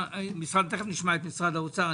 תכף נשמע את משרד האוצר.